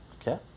Okay